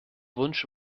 wunsch